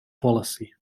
policy